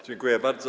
Dziękuję bardzo.